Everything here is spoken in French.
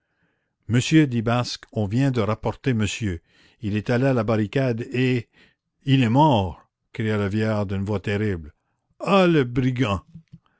monsieur dit basque on vient de rapporter monsieur il est allé à la barricade et il est mort cria le vieillard d'une voix terrible ah le brigand